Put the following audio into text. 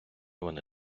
вони